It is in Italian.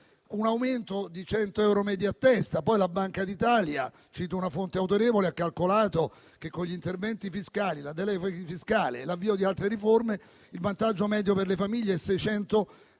un aumento di 100 euro medi a testa. La Banca d'Italia - cito una fonte autorevole - ha calcolato poi che, con gli interventi fiscali, la delega fiscale e l'avvio di altre riforme, il vantaggio medio per le famiglie è pari